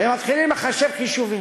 ומתחילים לחשב חישובים.